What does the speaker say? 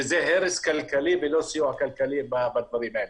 שזה הרס כלכלי ולא סיוע כלכלי בדברים האלה.